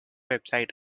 website